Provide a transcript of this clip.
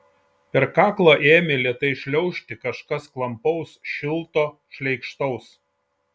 per kaklą ėmė lėtai šliaužti kažkas klampaus šilto šleikštaus